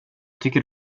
tycker